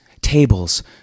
tables